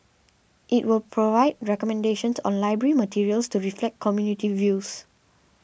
it will provide recommendations on library materials to reflect community views